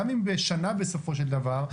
גם אם בשנה בסופו של דבר,